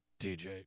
TJ